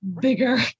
bigger